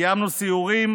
קיימנו סיורים